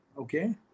okay